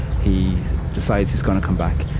he decides he's gonna come back.